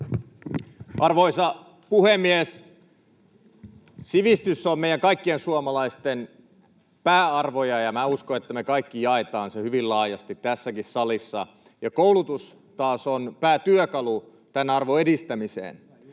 Arvoisa puhemies! Sivistys on meidän kaikkien suomalaisten pääarvoja, ja minä uskon, että me kaikki jaetaan se hyvin laajasti tässäkin salissa, ja koulutus taas on päätyökalu tämän arvon edistämiseen.